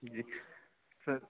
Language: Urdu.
جی سر